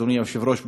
אדוני היושב-ראש,